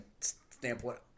standpoint